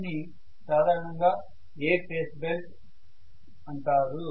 దీనిని సాధారణంగా A phase belt అంటారు